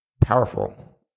powerful